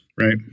Right